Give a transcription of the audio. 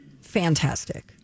fantastic